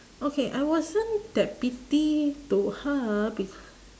okay I wasn't that petty to her bec~